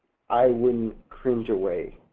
i wouldn't cringe away.